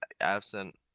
absent